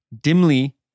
dimly